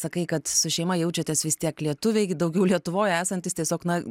sakai kad su šeima jaučiatės vis tiek lietuviai daugiau lietuvoj esantys tiesiog na